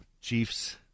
Chiefs